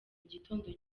gitondo